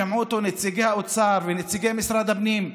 שמעו אותו נציגי האוצר ונציגי משרד הפנים,